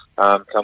Come